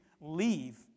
leave